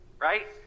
right